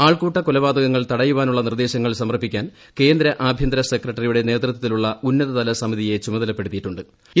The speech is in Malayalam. ആൾക്കൂട്ട കൊലപാതകങ്ങൾ തടയാനുള്ള നിർദ്ദേശങ്ങൾ സമർപ്പിക്കാൻ കേന്ദ്ര ആഭ്യന്തര സെക്രട്ടറിയുടെ നേതൃത്വത്തിലുള്ള ഉന്നതതല ് സമിതിയെ ചുമതലപ്പെടുത്തിയിട്ടു ്